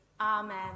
amen